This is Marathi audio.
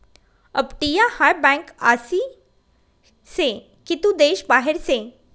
अपटीया हाय बँक आसी से की तू देश बाहेर से